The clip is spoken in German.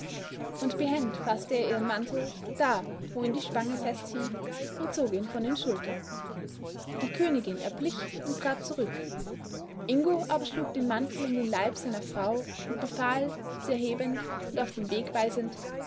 und behend faßte er ihren mantel da wo ihn die spange festhielt und zog ihn von den schultern die königin erblich und trat zurück ingo aber schlug den mantel um den leib seiner frau und befahl sie erhebend und auf den weg weisend